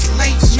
late